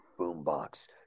boombox